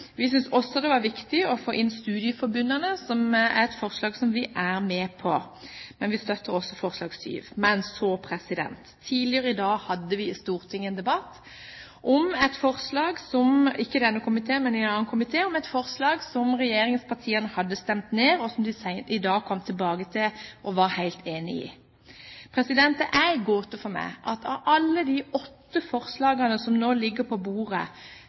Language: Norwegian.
Vi syntes også det var viktig å få inn studieforbundene, som er et forslag som vi er med på. Men vi støtter altså forslag nr. 7. Men så: Tidligere i dag hadde vi en debatt i Stortinget om et forslag – ikke i denne komité, men i en annen komité – som regjeringspartiene hadde stemt ned, men som de i dag kom tilbake til og var helt enig i. Det er en gåte for meg at av alle de åtte forslagene som nå ligger på bordet